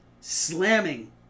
slamming